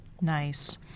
Nice